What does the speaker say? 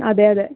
അതെയതെ